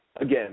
again